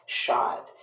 shot